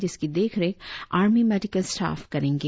जिसकी देखरेख army medical staff करेंगे